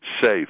safe